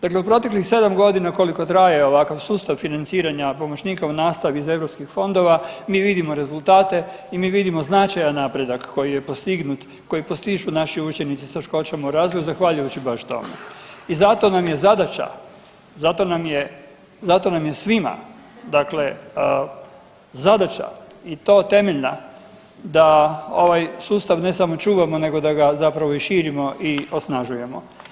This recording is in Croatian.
Dakle, u proteklih 7.g. koliko traje ovakav sustav financiranja pomoćnika u nastavi iz europskih fondova mi vidimo rezultate i mi vidimo značajan napredak koji je postignut i koji postižu naši učenici s teškoćama u razvoju zahvaljujući baš tome i zato nam je zadaća, zato nam je, zato nam je svima dakle zadaća i to temeljna da ovaj sustav ne samo čuvamo nego da ga zapravo i širimo i osnažujemo.